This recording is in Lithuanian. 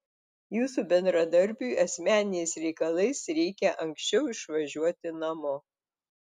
jūsų bendradarbiui asmeniniais reikalais reikia anksčiau išvažiuoti namo